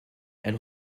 elle